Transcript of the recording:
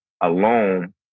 alone